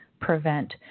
prevent